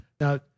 Now